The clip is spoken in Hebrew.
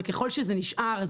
וככול שזה נשאר,